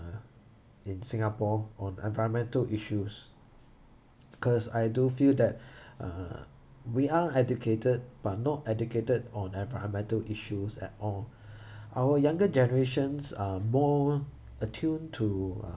uh in singapore on environmental issues because I do feel that uh we are educated but not educated on environmental issues at all our younger generations are more attuned to uh